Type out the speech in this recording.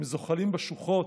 הם זוחלים בשוחות,